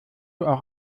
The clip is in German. auch